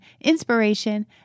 inspiration